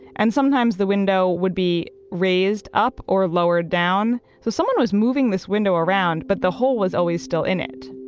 and sometimes the window would be raised up or lowered down. so someone was moving this window around but the hole was always still in it.